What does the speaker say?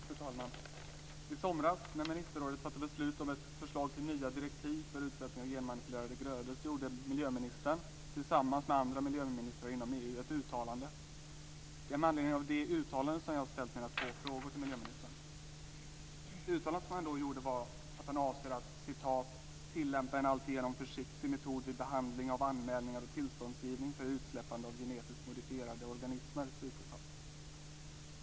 Fru talman! I somras när ministerrådet fattade beslut om ett förslag till nya direktiv för utsättning av genmanipulerade grödor gjorde miljöministern, tillsammans med andra miljöministrar inom EU, ett uttalande. Det är med anledning av det uttalandet som jag har ställt mina två frågor till miljöministern. Uttalandet som han då gjorde var att han avser att "tillämpa en alltigenom försiktig metod vid behandling av anmälningar och tillståndsgivning för utsläppande av genetiskt modifierade organismer".